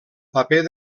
paper